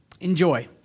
Enjoy